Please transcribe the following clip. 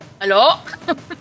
Hello